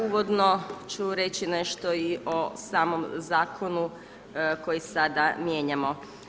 Uvodno ću reći nešto i o samom zakonu koji sada mijenjamo.